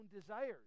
desires